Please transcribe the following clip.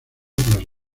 tras